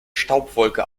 staubwolke